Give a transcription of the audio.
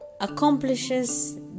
accomplishes